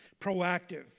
proactive